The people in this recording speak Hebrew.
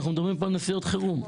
אנחנו מדברים פה על נסיעות חירום.